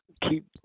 keep